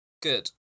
Good